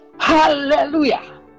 hallelujah